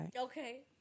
okay